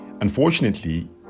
Unfortunately